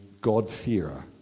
God-fearer